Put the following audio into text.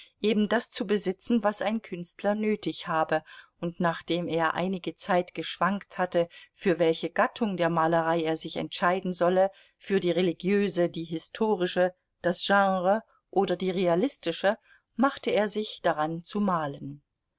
das zu besitzen was ein künstler nötig habe und nachdem er einige zeit geschwankt hatte für welche gattung der malerei er sich entscheiden solle für die religiöse die historische das genre oder die realistische machte er sich daran zu malen